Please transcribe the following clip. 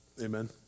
Amen